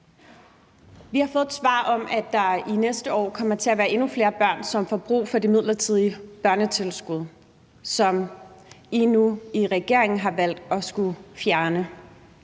Vi har fået et svar om, at der næste år kommer til at være endnu flere børn, som får brug for det midlertidige børnetilskud, som I nu i regeringen har valgt at fjerne.